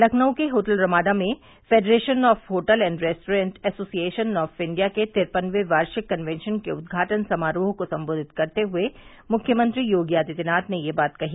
लखनऊ के hotel Ramada में Federation of Hotel and Restaurant Association of India के तिरपनवें वार्षिक कन्वेशन के उद्घाटन समारोह को सम्बोधित करते हुए मुख्यमंत्री योगी आदित्यनाथ ने यह बात कही